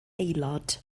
aelod